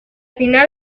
final